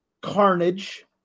carnage